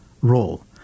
role